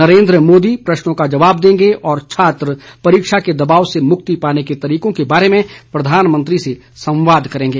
नरेन्द्र मोदी प्रश्नों का जवाब देंगे और छात्र परीक्षा के दबाव से मुक्ति पाने के तरीकों के बारे में प्रधानमंत्री से संवाद करेंगे